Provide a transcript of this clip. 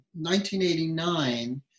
1989